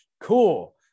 cool